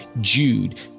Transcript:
Jude